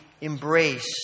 embrace